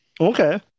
Okay